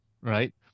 right